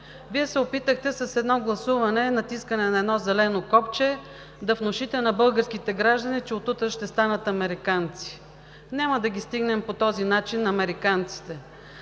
Вие се опитахте с едно гласуване, натискане на едно зелено копче, да внушите на българските граждани, че от утре ще станат американци. Няма да ги стигнем по този начин американците.